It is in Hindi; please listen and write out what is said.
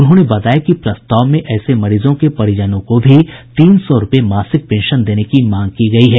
उन्होंने बताया कि प्रस्ताव में ऐसे मरीजों के परिजनों को भी तीन सौ रूपये मासिक पेंशन देने की मांग की गयी है